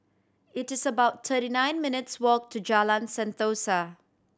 it is about thirty nine minutes' walk to Jalan Sentosa